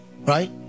Right